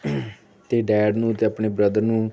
ਅਤੇ ਡੈਡ ਨੂੰ ਅਤੇ ਆਪਣੇ ਬ੍ਰਦਰ ਨੂੰ